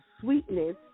sweetness